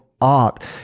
art